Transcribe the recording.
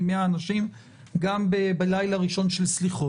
גם ביום חמישי.